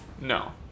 No